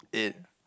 in